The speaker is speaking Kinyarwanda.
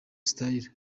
style